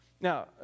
Now